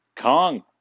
Kong